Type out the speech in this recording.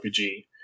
RPG